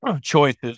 choices